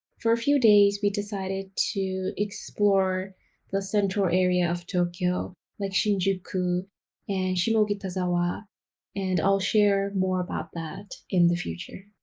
for a few days, we decided to explore the central area of tokyo like shinjuku and shimokitazawa and i'll share more about that in the future.